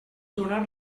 donar